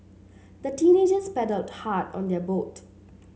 the teenagers paddled hard on their boat